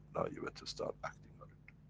you better start acting on it.